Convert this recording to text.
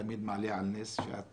מבחינת